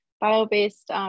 bio-based